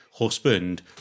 husband